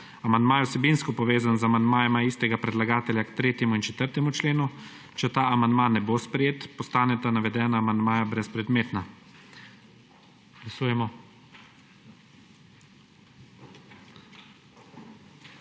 Amandma je vsebinsko povezan z amandmajema istega predlagatelja k 3. in 4. členu. Če ta amandma ne bo sprejet, postaneta navedena amandmaja brezpredmetna. Glasujemo.